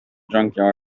junkyard